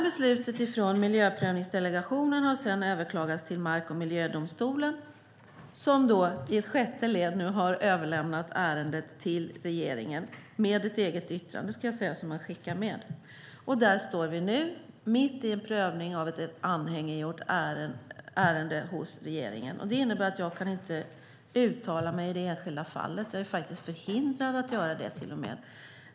Beslutet från Miljöprövningsdelegationen har sedan överklagats till mark och miljödomstolen, som i ett sjätte led har överlämnat ärendet till regeringen med ett eget yttrande som man har skickat med. Där står vi nu, mitt i en prövning av ett anhängiggjort ärende hos regeringen. Det innebär att jag inte kan uttala mig i det enskilda fallet. Jag är till och med förhindrad att göra det.